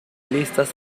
listas